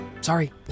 sorry